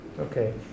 Okay